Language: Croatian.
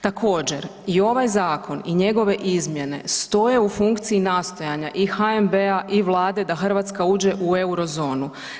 Također, i ovaj zakon i njegove izmjene stoje u funkciji nastojanja i HNB-a i vlade da Hrvatska uđe u Eurozonu.